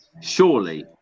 Surely